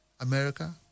America